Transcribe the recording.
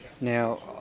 Now